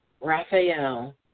Raphael